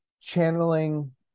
channeling